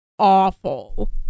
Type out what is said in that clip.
Awful